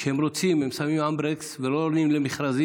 כשהם רוצים, הם שמים אמברקס ולא עונים למכרזים.